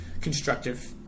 constructive